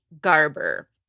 Garber